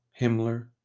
Himmler